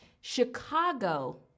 Chicago